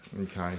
Okay